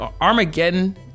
Armageddon